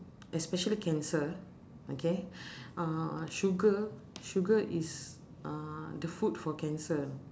especially cancer okay uh sugar sugar is uh the food for cancer